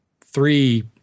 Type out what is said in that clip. three